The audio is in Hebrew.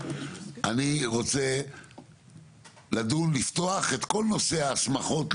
אני רוצה לדון ולפתוח את כל נושא ההסמכות למיניהן.